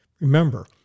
Remember